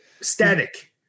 Static